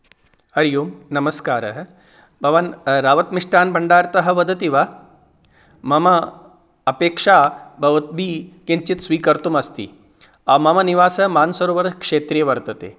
हरि ओम् नमस्कारः भवान् रावत् मिष्टान्नभण्डारतः वदति वा मम अपेक्षा भवद्भिः किञ्चित् स्वीकर्तुम् अस्ति मम निवास मानसरोवरक्षेत्रे वर्तते